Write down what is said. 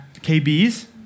KB's